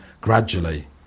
gradually